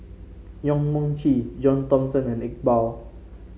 Yong Mun Chee John Thomson and Iqbal